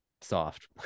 soft